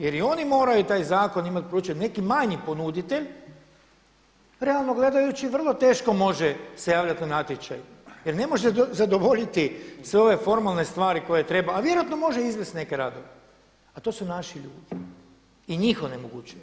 Jer i oni moraju taj zakon imati poručen, neki manji ponuditelj, realno gledajući vrlo teško može se javljati na natječaj jer ne može zadovoljiti sve ove formalne stvari koje treba a vjerojatno može izvesti neke radove a to su naši ljudi i njih onemogućujemo.